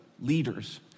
leaders